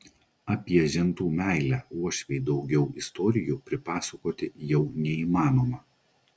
apie žentų meilę uošvei daugiau istorijų pripasakoti jau neįmanoma